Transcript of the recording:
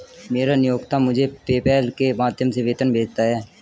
मेरा नियोक्ता मुझे पेपैल के माध्यम से वेतन भेजता है